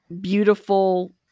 beautiful